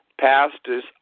pastors